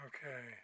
Okay